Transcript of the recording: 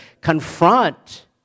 confront